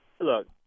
look